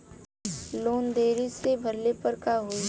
Loan देरी से भरले पर का होई?